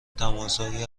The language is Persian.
تماسهایی